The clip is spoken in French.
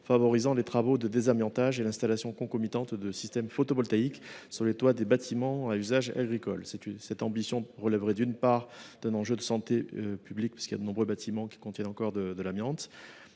favorisant les travaux de désamiantage et l’installation concomitante de systèmes photovoltaïques sur les toits des bâtiments à usage agricole. Cette ambition relèverait, d’une part, d’un enjeu de santé publique, car de nombreux bâtiments contiennent encore de l’amiante,